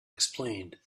explained